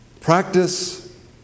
practice